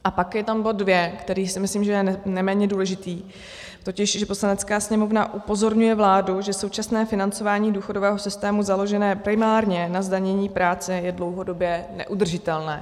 A pak je tam bod dvě, který si myslím, že je neméně důležitý, totiž že Poslanecká sněmovna upozorňuje vládu, že současné financování důchodového systému založeného primárně na zdanění práce je dlouhodobě neudržitelné.